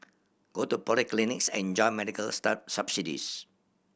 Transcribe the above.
go to polyclinics and enjoy medical subsidies